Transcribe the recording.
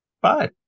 bye